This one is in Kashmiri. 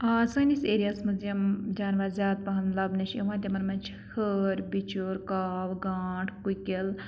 سٲنِس ایریاہَس منٛز یِم جاناوار زیادٕ پَہَن لَبنہٕ چھِ یِوان تِمَن منٛز چھِ ہٲر بِچُر کاو گانٛٹ کُکِل